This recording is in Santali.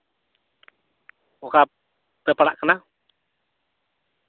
ᱚᱠᱟᱯᱮ ᱯᱟᱲᱟᱜ ᱠᱟᱱᱟ